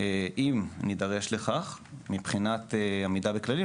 אם נידרש לכך מבחינת עמידה בכללים.